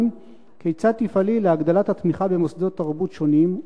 2. כיצד תפעלי להגדלת התמיכה במוסדות תרבות שונים,